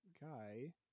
guy